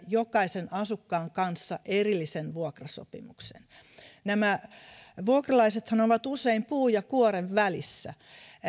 jokaisen asukkaan kanssa erillisen vuokrasopimuksen nämä vuokralaisethan ovat usein puun ja kuoren välissä